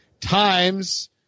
times